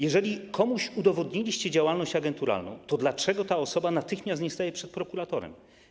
Jeżeli komuś udowodniliście działalność agenturalną, to dlaczego ta osoba natychmiast nie staje przed prokuratorem?